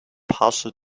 partial